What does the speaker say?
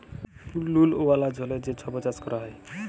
লুল ওয়ালা জলে যে ছব চাষ ক্যরা হ্যয়